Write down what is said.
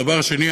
הדבר השני,